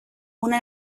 una